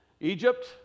Egypt